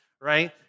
Right